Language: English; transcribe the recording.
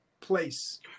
place